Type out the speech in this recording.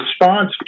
response